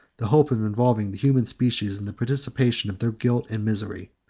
the hope of involving the human species in the participation of their guilt and misery.